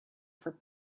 for